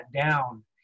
down